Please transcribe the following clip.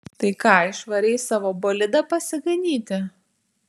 tai ką išvarei savo bolidą pasiganyti